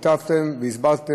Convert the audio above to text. היטבתם להסביר,